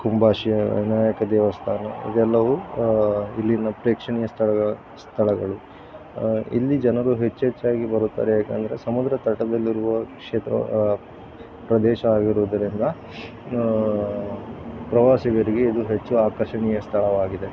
ಕುಂಭಾಶಿಯ ವಿನಾಯಕ ದೇವಸ್ಥಾನ ಇದೆಲ್ಲವು ಇಲ್ಲಿನ ಪ್ರೇಕ್ಷಣೀಯ ಸ್ಥಳಗ ಸ್ಥಳಗಳು ಇಲ್ಲಿ ಜನರು ಹೆಚ್ಚೆಚ್ಚಾಗಿ ಬರುತ್ತಾರೆ ಯಾಕೆಂದ್ರೆ ಸಮುದ್ರ ತಟದಲ್ಲಿರುವ ಕ್ಷೇತ್ರ ಪ್ರದೇಶ ಆಗಿರುವುದರಿಂದ ಪ್ರವಾಸಿಗರಿಗೆ ಇದು ಹೆಚ್ಚು ಆಕರ್ಷಣೀಯ ಸ್ಥಳವಾಗಿದೆ